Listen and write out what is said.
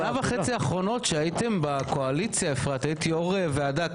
בשנה וחצי האחרונות שהייתם בקואליציה אפרת היית יו"ר ועדה,